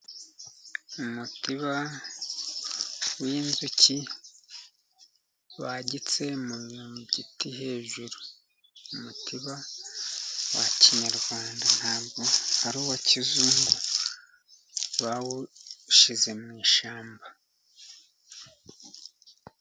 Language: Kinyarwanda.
Umutiba w'inzuki bagitse mu giti hejuru, umutiba wa kinyarwanda ntabwo ari uwa kizungu, bawushyize mu ishyamba.